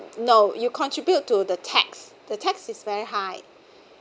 no you contribute to the tax the tax is very high